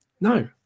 No